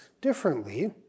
differently